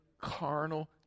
carnal